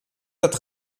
hatte